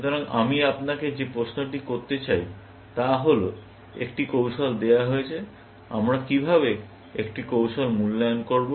সুতরাং আমি আপনাকে যে প্রশ্নটি জিজ্ঞাসা করতে চাই তা হল একটি কৌশল দেওয়া হয়েছে আমরা কিভাবে একটি কৌশল মূল্যায়ন করব